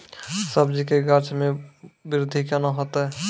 सब्जी के गाछ मे बृद्धि कैना होतै?